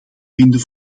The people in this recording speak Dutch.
vinden